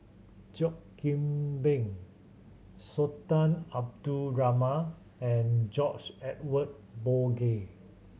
Cheo Kim Ban Sultan Abdul Rahman and George Edwin Bogaar